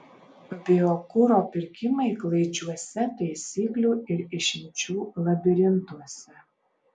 biokuro pirkimai klaidžiuose taisyklių ir išimčių labirintuose